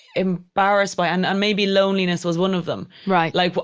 embarrassed by. and and maybe loneliness was one of them right like